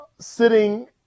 sitting